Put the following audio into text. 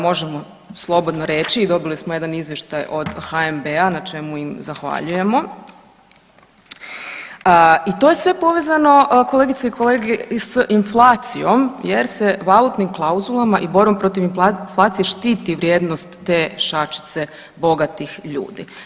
Možemo slobodno reći i dobili smo jedan izvještaj od HNB-a na čemu im zahvaljujemo i to je sve povezano kolegice i kolege i s inflacijom jer se valutnim klauzulama i borbom protiv inflacije štiti vrijednost te šačice bogatih ljudi.